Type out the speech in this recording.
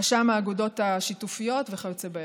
רשם האגודות השיתופיות וכיוצא באלו,